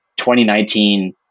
2019